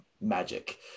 magic